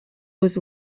was